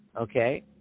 Okay